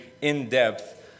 in-depth